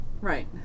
Right